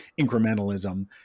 incrementalism